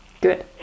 Good